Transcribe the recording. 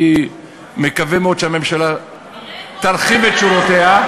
אני מקווה מאוד שהממשלה תרחיב את שורותיה,